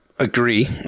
Agree